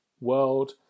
world